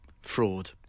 fraud